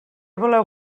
voleu